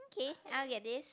okay I will get this